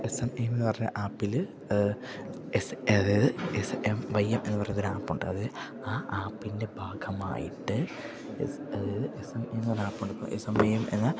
S M A എന്നുപറഞ്ഞ ആപ്പില് അതായത് എസ് എം വൈ എം എന്നുപറയുന്നൊരാപ്പുണ്ട് അത് ആ ആപ്പിൻ്റെ ഭാഗമായിട്ട് അതായത് എസ് എം വൈ എം എന്ന